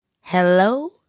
hello